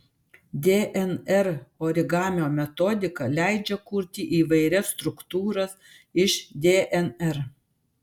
dnr origamio metodika leidžia kurti įvairias struktūras iš dnr